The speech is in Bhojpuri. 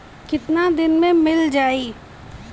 कितना दिन में मील जाई?